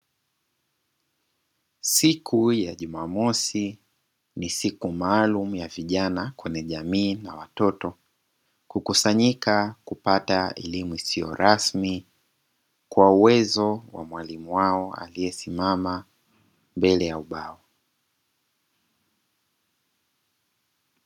Siku ya juma mosi, ni siku maalumu ya vijana kwenye jamii na watoto, kukusanyika kupata eleimu isiyo rasmi kwa uwezo wa mwalimu wao aliyesimama mbele ya ubao.